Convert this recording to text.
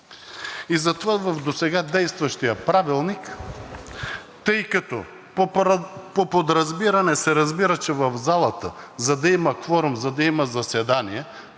И затова в досега действащия Правилник, тъй като по подразбиране се разбира, че в залата, за да има кворум, за да има заседание,